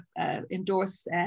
endorse